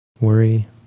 worry